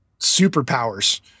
superpowers